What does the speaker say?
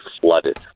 flooded